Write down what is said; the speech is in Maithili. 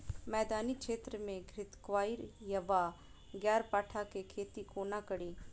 मैदानी क्षेत्र मे घृतक्वाइर वा ग्यारपाठा केँ खेती कोना कड़ी?